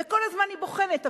וכל הזמן היא בוחנת.